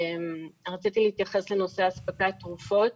רציתי להתייחס לנושא אספקת תרופות.